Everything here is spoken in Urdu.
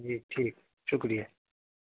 جی ٹھیک شکریہ